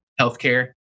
healthcare